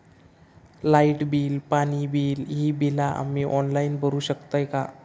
Light bill, पाणी bill, ही बिला आम्ही ऑनलाइन भरू शकतय का?